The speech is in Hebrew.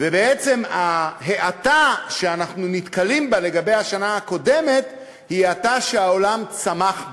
ובעצם ההאטה שאנחנו נתקלים בה לגבי השנה הקודמת היא האטה שהעולם צמח בה.